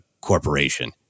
corporation